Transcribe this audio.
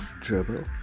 Dribble